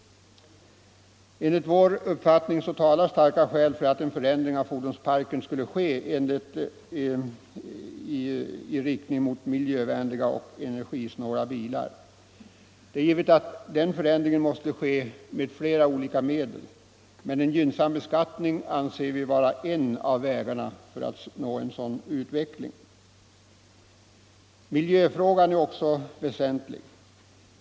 Enligt vår mening talar starka skäl för att en förändring av fordonsparken i riktning mot miljövänliga och energisnåla bilar borde ske betydligt snabbare. Det är givet att detta måste åstadkommas med flera olika medel. Men en gynnsam beskattning anser vi vara en av vägarna för att uppnå en sådan utveckling. Miljöfrågan är också väsentlig.